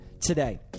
today